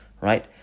Right